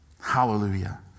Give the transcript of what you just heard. Hallelujah